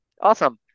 Awesome